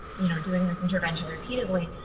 you know, doing this intervention repeatedly,